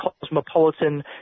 cosmopolitan